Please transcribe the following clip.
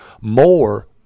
more